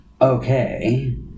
Okay